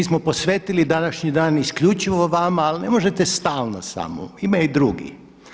Mi smo posvetili današnji dan isključivo vama ali ne možete stalno samo vi ima i drugih.